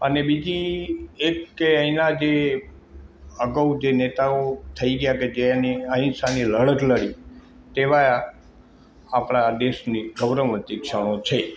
અને બીજી એક કે અહીંના જે અગાઉ જે નેતાઓ થઇ ગયા કે જે એની અહિંસાની લડત લડી તેવા આપણા દેશની ગૌરવવંતી ક્ષણો છે